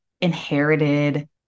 inherited